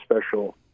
special